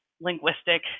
linguistic